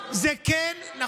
זה כן.